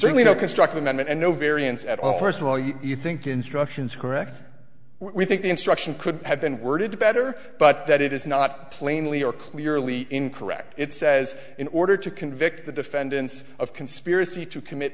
certainly no constructive and no variance at all first of all you think instructions correct we think the instruction could have been worded better but that it is not plainly or clearly incorrect it says in order to convict the defendants of conspiracy to commit